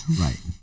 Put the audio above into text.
right